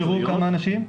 כמה אנשים הוכשרו?